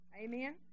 amen